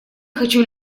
хочу